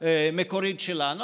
מקורית שלנו,